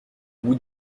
bout